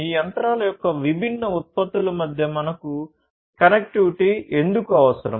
ఈ యంత్రాల యొక్క విభిన్న ఉత్పత్తుల మధ్య మనకు కనెక్టివిటీ ఎందుకు అవసరం